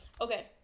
okay